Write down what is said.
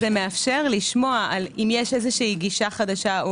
זה מאפשר לשמוע אם יש גישה חדשה.